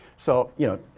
so, you know,